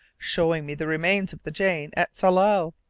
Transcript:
showing me the remains of the jane at tsalal,